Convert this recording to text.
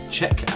check